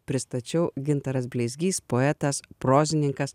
pristačiau gintaras bleizgys poetas prozininkas